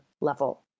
level